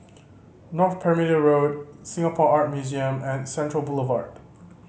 North Perimeter Road Singapore Art Museum and Central Boulevard